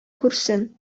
күрсен